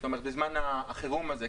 זאת אומרת בזמן החירום הזה?